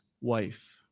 wife